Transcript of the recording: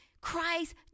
Christ